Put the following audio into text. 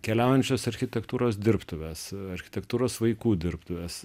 keliaujančios architektūros dirbtuves architektūros vaikų dirbtuves